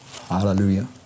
Hallelujah